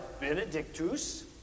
Benedictus